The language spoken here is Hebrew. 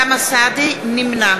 נמנע